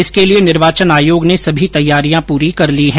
इसके लिए निर्वाचन आयोग ने सभी तैयारियां पूरी कर ली है